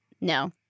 No